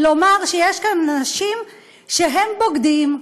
לומר שיש כאן אנשים שהם בוגדים,